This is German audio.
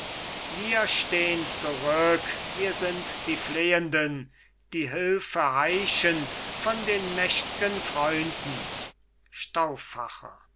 wir stehn zurück wir sind die flehenden die hülfe heischen von den mächt'gen freunden